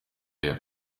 ntera